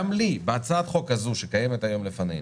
גם לי בהצעת החוק הזו שקיימת היום לפנינו,